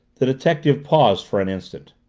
the detective paused for an instant.